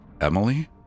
Emily